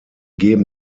geben